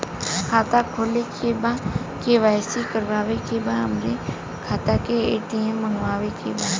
खाता खोले के बा के.वाइ.सी करावे के बा हमरे खाता के ए.टी.एम मगावे के बा?